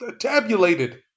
tabulated